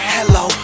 Hello